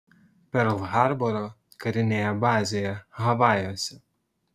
perl harboro karinėje bazėje havajuose